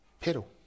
pedal